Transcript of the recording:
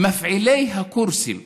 מפעילי הקורסים.